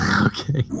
Okay